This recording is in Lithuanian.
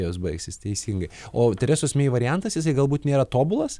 jos baigsis teisingai o teresos mei variantas jisai galbūt nėra tobulas